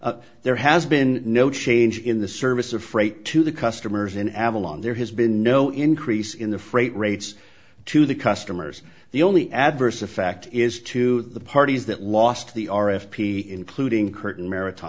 that there has been no change in the service of freight to the customers in avalon there has been no increase in the freight rates to the customers the only adverse effect is to the parties that lost the r f p including